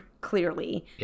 clearly